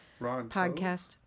podcast